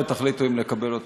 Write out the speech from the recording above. ותחליטו אם לקבל אותו.